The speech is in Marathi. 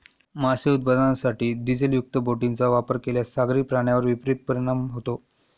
मासे उत्पादनासाठी डिझेलयुक्त बोटींचा वापर केल्यास सागरी प्राण्यांवर विपरीत परिणाम होतो